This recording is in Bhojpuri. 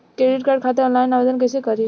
क्रेडिट कार्ड खातिर आनलाइन आवेदन कइसे करि?